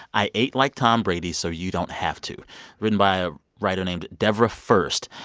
i ate like tom brady so you don't have to written by a writer named devra first.